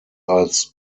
als